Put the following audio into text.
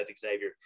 Xavier